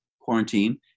quarantine